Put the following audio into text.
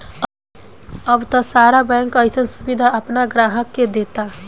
अब त सारा बैंक अइसन सुबिधा आपना ग्राहक के देता